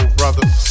brothers